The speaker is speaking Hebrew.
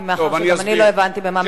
מאחר שגם אני לא הבנתי במה מדובר.